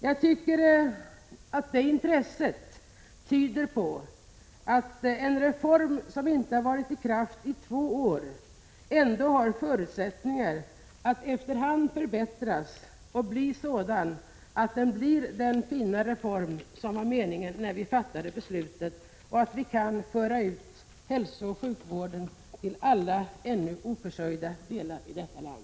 Jag tycker att detta intresse tyder på att denna reform som inte har varit i kraft i två år än ändå har förutsättningar att efter hand förbättras och bli den fina reform som var meningen när vi fattade beslut om den och att vi kan föra ut hälsooch sjukvården till alla ännu oförsörjda delar av detta land.